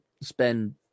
spend